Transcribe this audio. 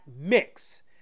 mix